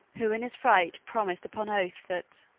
who in his fright promised upon oath that,